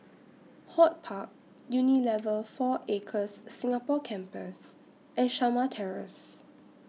Hort Park Unilever four Acres Singapore Campus and Shamah Terrace